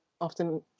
often